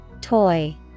Toy